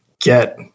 get